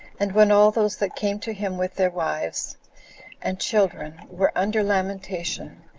and when all those that came to him with their wives and children were under lamentation,